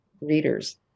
readers